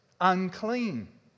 unclean